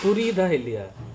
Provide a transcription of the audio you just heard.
behaviour